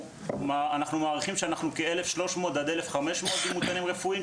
יש כ-1,300 עד 1,500 דימותנים רפואיים.